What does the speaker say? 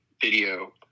video